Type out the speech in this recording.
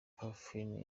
parfine